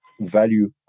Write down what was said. value